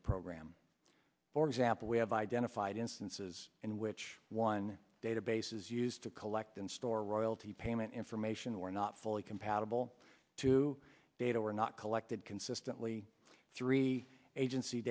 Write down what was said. the program for example we have identified instances in which one databases used to collect and store royalty payment information were not fully compatible to data were not collected consistently three agency